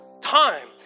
time